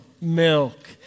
milk